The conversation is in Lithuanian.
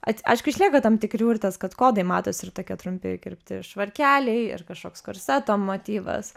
aišku išlieka tam tikri urtės kad kodai matosi ir tokia trumpi kirpti švarkeliai ir kažkoks korseto motyvas